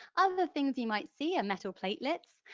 other things you might see are metal platelets.